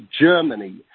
Germany